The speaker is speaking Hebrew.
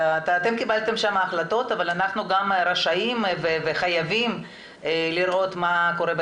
אתם קיבלתם שם החלטות אבל אנחנו גם רשאים וחייבים לראות מה קורה בתקנות.